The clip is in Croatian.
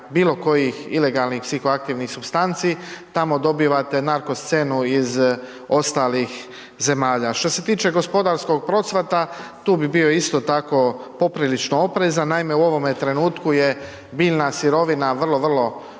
bilo kojih ilegalnih psihoaktivnih supstanci tamo dobivate narko scenu iz ostalih zemalja. Što se tiče gospodarskog procvata tu bi bio isto tako poprilično oprezan, naime u ovome trenutku je biljna sirovina vrlo, vrlo dostupna